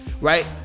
right